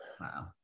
Wow